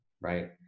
right